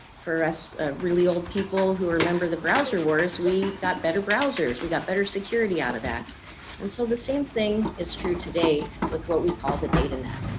for us really old people who remember the browser wars we got better browsers we got better security out of that and so the same thing is true today with what we call the data net.